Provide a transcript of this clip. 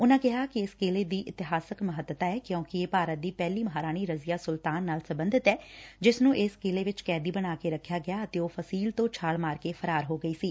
ਉਨਾਂ ਕਿਹਾ ਕਿ ਇਸ ਕਿਲ੍ਹੇ ਦੀ ਇਤਿਹਾਸਕ ਮਹੱਤਤਾ ਏ ਕਿਉਂਕਿ ਇਹ ਭਾਰਤ ਦੀ ਪਹਿਲੀ ਮਹਾਰਾਣੀ ਰਜ਼ੀਆ ਸੁਲਤਾਨ ਨਾਲ ਸਬੰਧਤ ਏ ਜਿਸ ਨੂੰ ਇਸ ਕਿਲੇ ਵਿਚ ਕੈਦੀ ਬਣਾ ਕੇ ਰੱਖਿਆ ਗਿਆ ਅਤੇ ਉਹ ਫਸੀਲ ਤੋਂ ਛਾਲ ਮਾਰ ਕੇ ਫਰਾਰ ਹੋ ਗਈ ਸੀੀ